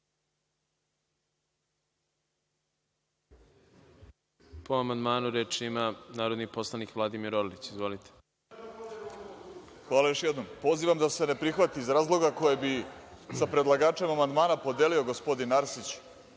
Po amandmanu reč ima narodni poslanik Vladimir Orlić. Izvolite. **Vladimir Orlić** Hvala još jednom. Pozivam da se ne prihvati iz razloga koje bi sa predlagačem amandmana podelio gospodin Arsić,